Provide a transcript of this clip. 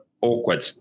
awkward